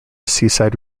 seaside